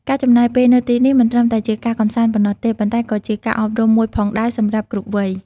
ការចំណាយពេលនៅទីនេះមិនត្រឹមតែជាការកម្សាន្តប៉ុណ្ណោះទេ ប៉ុន្តែក៏ជាការអប់រំមួយផងដែរសម្រាប់គ្រប់វ័យ។